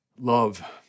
Love